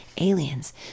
Aliens